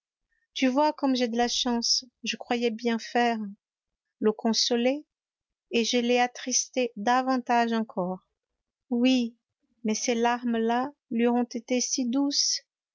tu vois comme j'ai de la chance je croyais bien faire le consoler et je l'ai attristé davantage encore oui mais ces larmes là lui auront été si douces